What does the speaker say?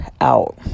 out